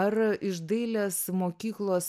ar iš dailės mokyklos